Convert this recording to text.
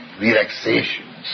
relaxation